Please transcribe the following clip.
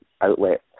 outlet